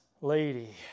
Lady